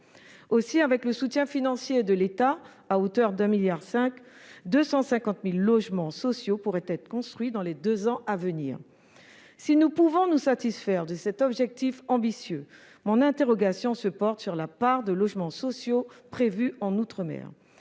Ainsi, avec le soutien financier de l'État à hauteur de 1,5 milliard d'euros, 250 000 logements sociaux pourraient être construits dans les deux ans à venir. Si nous pouvons nous satisfaire de cet objectif ambitieux, mon interrogation porte sur la part de logements sociaux prévus en outre-mer.